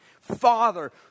father